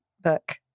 book